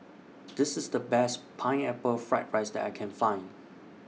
This IS The Best Pineapple Fried Rice that I Can Find